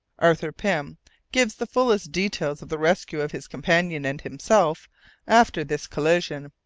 arthur pym gives the fullest details of the rescue of his companion and himself after this collision,